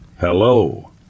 Hello